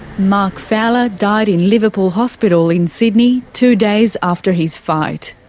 mark fowler died in liverpool hospital in sydney two days after his fight.